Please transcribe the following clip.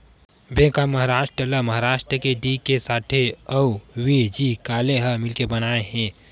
bank of Maharashtra ल महारास्ट के D K Sathe अउ व्ही.जी काले ह मिलके बनाए हे